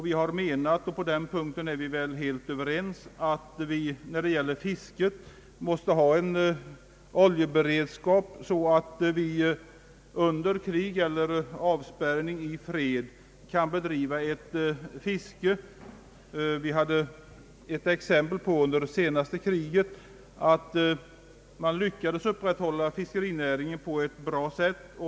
Vi har menat — och på den punkten är vi väl helt överens — att vi måste ha en oljeberedskap så att fiske kan bedrivas under krig eller avspärrning i fred. Under det senaste kriget lyckades man upprätthålla fiskerinäringen på ett bra sätt.